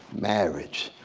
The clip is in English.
marriage.